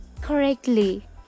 correctly